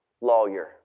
lawyer